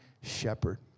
shepherd